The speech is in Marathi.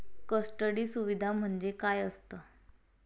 कस्टडी सुविधा म्हणजे काय असतं?